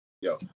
Yo